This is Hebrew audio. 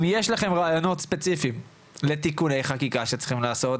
אם יש לכם רעיונות ספציפיים לתיקוני חקיקה שצריכים לעשות,